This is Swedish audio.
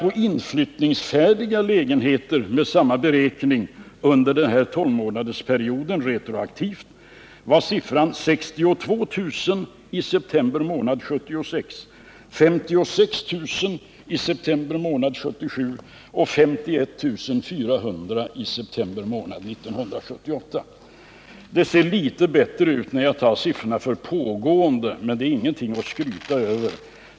För inflyttningsfärdiga lägenheter var siffrorna, med samma retroaktiva 12-månadersberäkning, 62 000 i september 1976, 56 000 i september 1977 och 51 400 i september 1978. Det ser litet bättre ut när det gäller siffrorna för pågående lägenhetsbyggen, men det är inget att skryta över.